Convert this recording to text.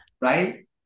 Right